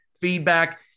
feedback